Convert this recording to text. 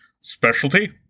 Specialty